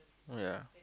oh ya